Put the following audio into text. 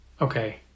Okay